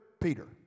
Peter